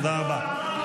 (חבר הכנסת איימן עודה יוצא מאולם המליאה.) תודה רבה.